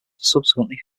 subsequently